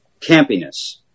campiness